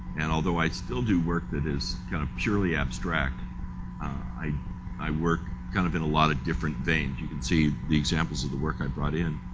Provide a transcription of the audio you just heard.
and although i still do work that is kind of purely abstract i i work kind of in a lot of different veins. you can see the examples of the work i brought in.